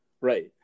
Right